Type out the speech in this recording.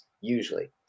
usually